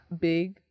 big